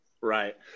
Right